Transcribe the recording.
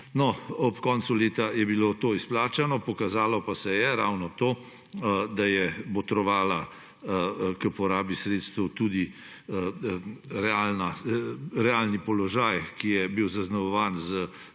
Ob koncu leta je bilo to izplačano, pokazalo pa se je ravno to, da je botroval k porabi sredstev tudi realni položaj, ki je bil zaznamovan s